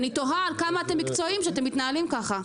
אני תוהה עד כמה אתם מקצועיים כשאתם מתנהלים ככה.